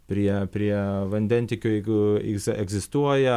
prie prie vandentiekio jeigu jisai egzistuoja